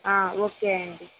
okay అండి